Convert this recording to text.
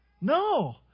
No